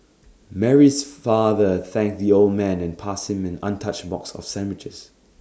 Mary's father thanked the old man and passed him an untouched box of sandwiches